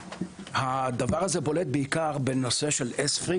הדבר הזה בולט בעיקר בנושא של ESFRI,